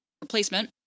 replacement